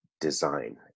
design